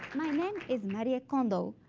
my name is marie kondo.